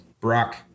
Brock